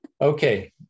Okay